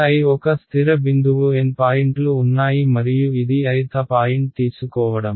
xi ఒక స్థిర బిందువు N పాయింట్లు ఉన్నాయి మరియు ఇది i th పాయింట్ తీసుకోవడం